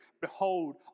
Behold